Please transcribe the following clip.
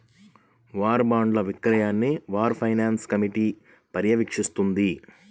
war బాండ్ల విక్రయాన్ని war finance committee పర్యవేక్షిస్తుంది